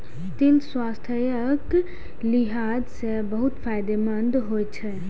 तिल स्वास्थ्यक लिहाज सं बहुत फायदेमंद होइ छै